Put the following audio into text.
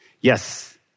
Yes